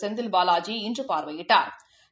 Senthil Balaji இன்றுபாா்வையிட்டாா்